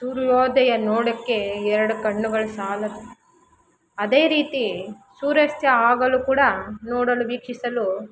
ಸೂರ್ಯೋದಯ ನೋಡೊಕ್ಕೆ ಎರಡು ಕಣ್ಣುಗಳು ಸಾಲದು ಅದೇ ರೀತಿ ಸೂರ್ಯಾಸ್ತ ಆಗಲು ಕೂಡ ನೋಡಲು ವೀಕ್ಷಿಸಲು